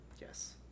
Yes